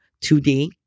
today